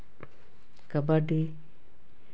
kabaddi